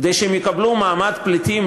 כדי שהם יקבלו מעמד פליטים,